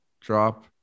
Drop